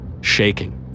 shaking